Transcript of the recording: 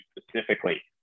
specifically